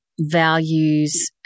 values